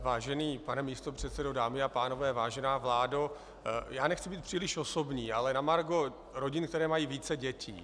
Vážený pane místopředsedo, dámy a pánové, vážená vládo, nechci být příliš osobní, ale na margo rodin, které mají více dětí.